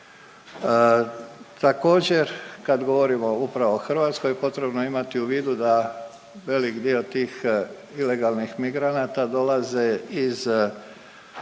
Također, kad govorimo upravo o Hrvatskoj, potrebno je imati u vidu da velik dio tih ilegalnih migranata dolaze iz tog